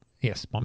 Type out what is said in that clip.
yes